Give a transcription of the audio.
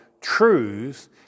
truths